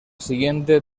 siguiente